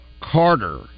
Carter